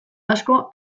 asko